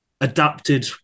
adapted